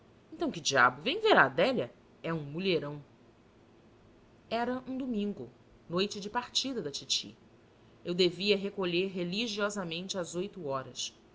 então que diabo vem ver a adélia é um mulherão era um domingo noite de partida da titi eu devia recolher religiosamente às oito horas